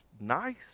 nice